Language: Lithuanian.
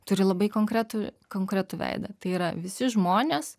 turi labai konkretų konkretų veidą tai yra visi žmonės